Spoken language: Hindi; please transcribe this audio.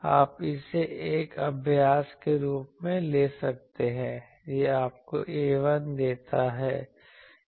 आप इसे एक अभ्यास के रूप में ले सकते हैं यह आपको A1 देता है